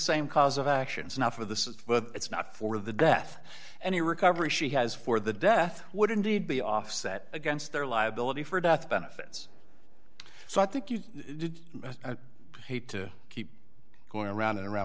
same cause of actions not for the but it's not for the death and the recovery she has for the death would indeed be offset against their liability for death benefits so i think you did hate to keep going around and around